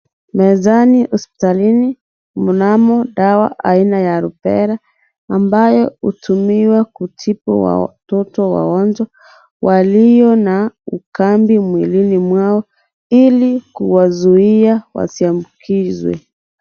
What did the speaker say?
Mezani hospitalini, mnamo dawa aina ya Rubella ambayo hutumiwa kutibu watoto wagonjwa walio na ukambi mwilini mwao ili kuwazuia wasiambukizwe.